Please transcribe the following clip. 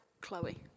Chloe